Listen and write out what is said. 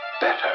better